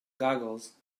goggles